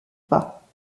pas